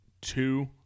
Two